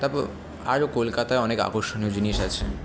তারপর আরও কলকাতায় অনেক আকর্ষণীয় জিনিস আছে